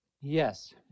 Yes